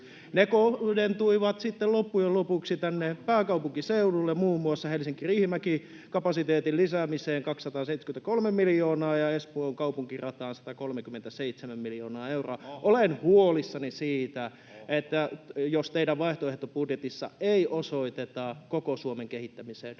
Ne kohdentuivat sitten loppujen lopuksi tänne pääkaupunkiseudulle, muun muassa Helsinki—Riihimäki-radan kapasiteetin lisäämiseen 273 miljoonaa ja Espoon kaupunkirataan 137 miljoonaa euroa. [Keskustan ryhmästä: Ohhoh!] Olen huolissani siitä, jos teidän vaihtoehtobudjetissanne ei osoiteta koko Suomen kehittämiseen